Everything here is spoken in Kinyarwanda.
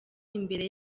imbere